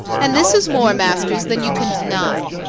and this is more, masters, than you can deny.